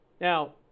now